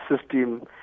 system